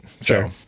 Sure